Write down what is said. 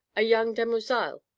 a young demoiselle,